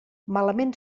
malament